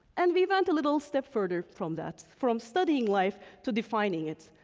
and we went a little step further from that, from studying life to defining it.